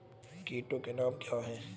कीटों के नाम क्या हैं?